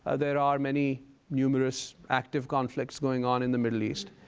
ah there are many numerous active conflicts going on in the middle east.